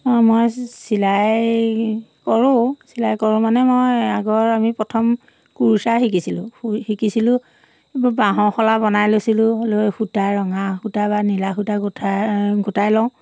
অঁ মই চিলাই কৰোঁ চিলাই কৰোঁ মানে মই আগৰ আমি প্ৰথম কুৰ্চাই শিকিছিলোঁ শিকিছিলোঁ এইবোৰ বাঁহৰশলা বনাই লৈছিলোঁ লৈ সূতা ৰঙা সূতা বা নীলা সূতা গোটাই গোটাই লওঁ